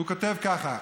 הוא כותב ככה: